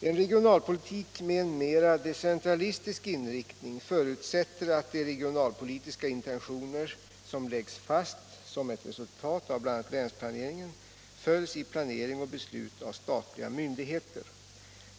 En regionalpolitik med en mera decentralistisk inriktning förutsätter att de regionalpolitiska intentioner som läggs fast som ett resultat av bl.a. länsplaneringen följs i planering och beslut av statliga myndigheter.